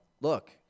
look